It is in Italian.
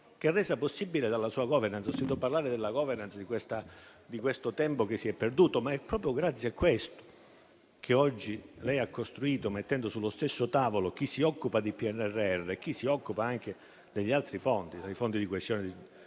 che è resa possibile dalla sua *governance*. Ho sentito parlare della *governance* e del tempo che si è perduto. Ma proprio grazie a quello che oggi lei ha costruito, mettendo sullo stesso tavolo chi si occupa di PNRR e chi si occupa anche degli altri fondi (dai fondi di sviluppo